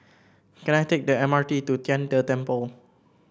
can I take the M RT to Tian De Temple